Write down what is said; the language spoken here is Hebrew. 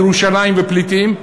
ירושלים ופליטים?